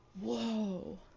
whoa